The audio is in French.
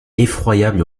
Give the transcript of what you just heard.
effroyable